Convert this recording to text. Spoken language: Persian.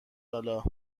حالا